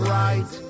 right